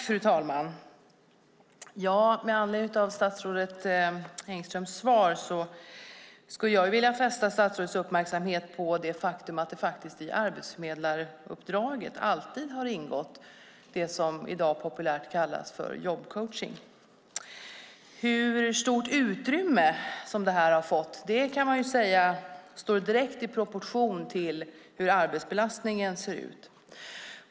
Fru talman! Med anledning av statsrådet Engströms svar skulle jag vilja fästa statsrådets uppmärksamhet på det faktum att det i arbetsförmedlaruppdraget alltid har ingått det som i dag populärt kallas jobbcoachning. Hur stort utrymme som detta har fått kan man säga står i direkt proportion till hur arbetsbelastningen sett ut.